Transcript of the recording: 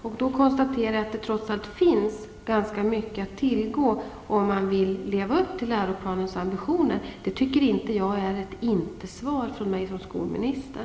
Jag kan konstatera att det trots allt finns ganska mycket att tillgå om man vill leva upp till läroplanens ambitioner. Jag tycker inte att det är ett inte-svar från mig som skolminister.